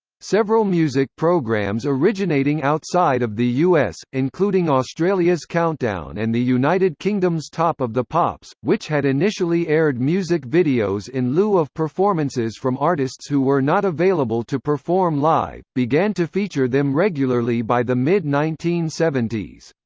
several music programs originating outside of the us, including australia's countdown and the united kingdom's top of the pops, which had initially aired music videos in lieu of performances from artists who were not available to perform live, began to feature them regularly by the mid nineteen seventy s.